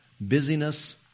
busyness